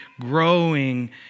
growing